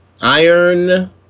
Iron